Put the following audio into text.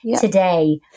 today